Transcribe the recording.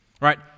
Right